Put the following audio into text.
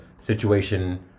situation